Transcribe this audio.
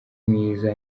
mwiza